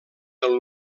del